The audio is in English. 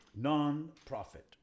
Non-profit